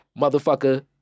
motherfucker